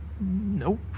Nope